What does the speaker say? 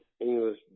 English